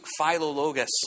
Philologus